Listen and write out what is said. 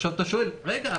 עכשיו אתה שואל: רגע,